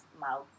mouth